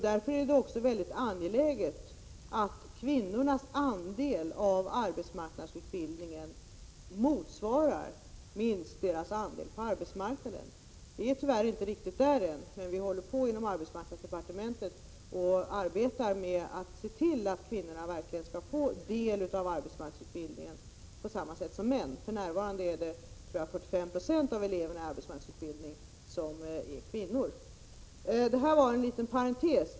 Därför är det också mycket angeläget att kvinnornas andel av arbetsmarknadsutbildningen motsvarar minst deras andel på arbetsmarknaden. Vi är tyvärr inte riktigt där än, men vi arbetar inom arbetsmarknadsdepartementet med att se till att kvinnorna verkligen skall få del av arbetsmarknadsutbildningen på samma sätt som männen. För närvarande är 45 96 av eleverna i arbetsmarknadsutbildningen kvinnor. Detta var en liten parentes.